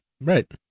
Right